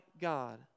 God